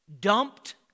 dumped